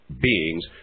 beings